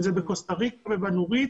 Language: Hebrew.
אם זה ברחוב קוסטה ריקה או ברחוב הנורית,